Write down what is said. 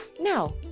Now